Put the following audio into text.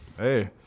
Hey